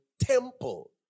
temple